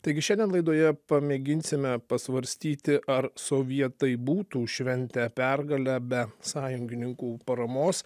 taigi šiandien laidoje pamėginsime pasvarstyti ar sovietai būtų šventę pergalę be sąjungininkų paramos